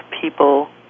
people